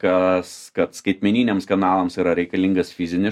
kas kad skaitmeniniams kanalams yra reikalingas fizinis